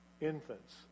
infants